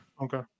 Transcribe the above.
Okay